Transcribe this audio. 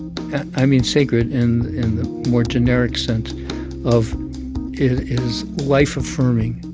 i mean sacred in the more generic sense of it is life-affirming.